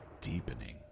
deepening